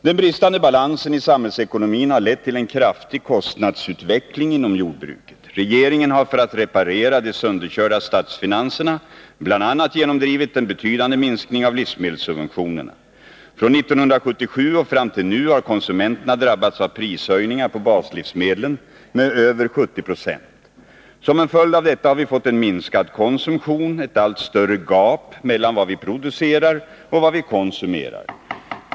Den bristande balansen i samhällsekonomin har lett till en kraftig kostnadsutveckling inom jordbruket. Regeringen har för att reparera de sönderkörda statsfinanserna bl.a. genomdrivit en betydande minskning av livsmedelssubventionerna. Från 1977 och fram till nu har konsumenterna drabbats av prishöjningar på baslivsmedlen med över 70 96. Som en följd av detta har vi fått en minskad konsumtion och ett allt större gap mellan vad vi producerar och vad vi konsumerar.